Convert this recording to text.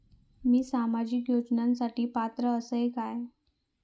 मी सामाजिक योजनांसाठी पात्र असय काय?